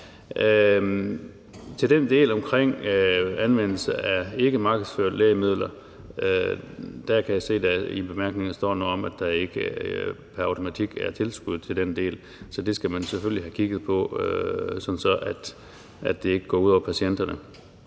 der handler om anvendelse af ikke markedsførte lægemidler, kan jeg se, at der i bemærkningerne står noget om, at der ikke pr. automatik er tilskud til den del, så det skal man selvfølgelig have kigget på, sådan at det ikke går ud over patienterne.